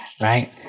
right